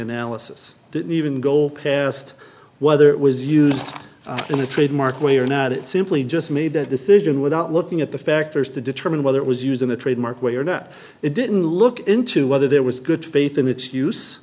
analysis didn't even go past whether it was used in a trademark way or not it simply just made that decision without looking at the factors to determine whether it was used in a trademark way or that it did in look into whether there was good faith in its use